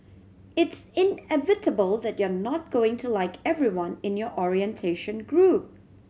it's inevitable that you're not going to like everyone in your orientation group